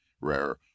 rare